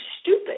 stupid